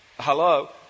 Hello